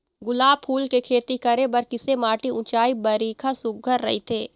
गुलाब फूल के खेती करे बर किसे माटी ऊंचाई बारिखा सुघ्घर राइथे?